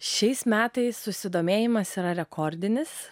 šiais metais susidomėjimas yra rekordinis